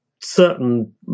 certain